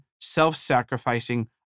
self-sacrificing